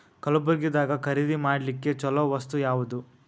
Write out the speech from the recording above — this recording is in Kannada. ಕಲಬುರ್ಗಿದಾಗ ಖರೀದಿ ಮಾಡ್ಲಿಕ್ಕಿ ಚಲೋ ವಸ್ತು ಯಾವಾದು?